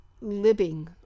living